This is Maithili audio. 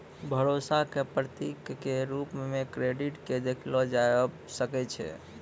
भरोसा क प्रतीक क रूप म क्रेडिट क देखलो जाबअ सकै छै